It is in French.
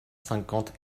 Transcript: cinquante